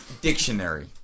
Dictionary